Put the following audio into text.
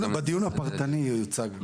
בדיון הפרטני יוצג.